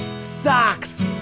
Socks